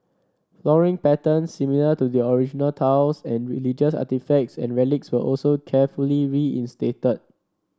flooring patterns similar to the original tiles and religious artefacts and relics were also carefully reinstated